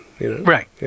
Right